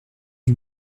eut